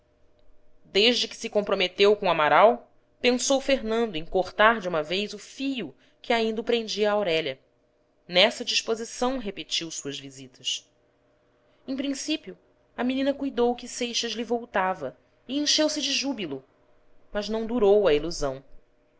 desde que se comprometeu com amaral pensou fernando em cortar de uma vez o fio que ainda o prendia a aurélia nessa disposição repetiu suas visitas em princípio a menina cuidou que seixas lhe voltava e encheu-se de júbilo mas não durou a ilusão